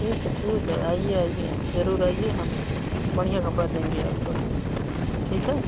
ठीक है ठीक है आइए आइए ज़रूर आइए हम बढ़िया कपड़ा देंगे आपको ठीक है